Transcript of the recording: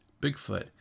Bigfoot